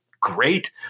great